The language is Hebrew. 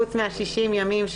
חוץ מה-60 ימים,